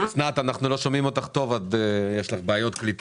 סמנכ"לית לענייני הכפר במשרד הבינוי והשיכון.